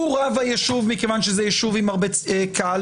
הוא רב היישוב מכיוון שזה יישוב עם הרבה קהל,